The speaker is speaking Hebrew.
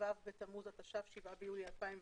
ט"ו בתמוז התשע"ף (7 ביולי 2020)